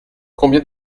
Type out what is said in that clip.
combien